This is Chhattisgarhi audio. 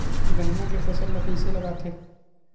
गन्ना के फसल ल कइसे लगाथे?